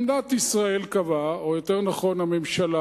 כי מדינת ישראל קבעה או יותר נכון הממשלה